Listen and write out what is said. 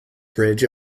bridge